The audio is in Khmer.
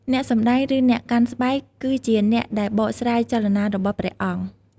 អ្នកសម្តែង ឬ អ្នកកាន់ស្បែក គឺជាអ្នកដែលបកស្រាយចលនារបស់តួអង្គ។